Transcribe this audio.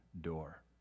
door